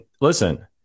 listen